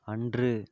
அன்று